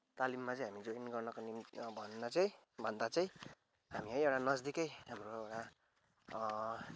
कालिम्पोङमा चाहिँ हामी जोइनिङ गर्नका निम्ति भन्न चाहिँ भन्दा चाहिँ हामी है एउटा नजदिकै अब